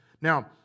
Now